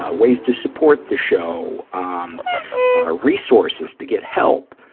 ah ways to support the show, um ah resources to get help,